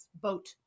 boat